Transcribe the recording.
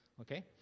okay